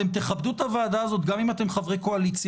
אתם תכבדו את הוועדה הזו גם אם אתם חברי קואליציה.